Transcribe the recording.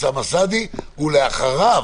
אוסאמה סעדי, ואחריו